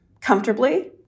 comfortably